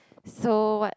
so what